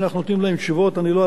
אני לא אלאה אתכם בדברים נוספים,